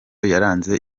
yaranze